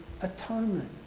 atonement